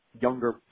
younger